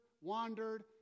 wandered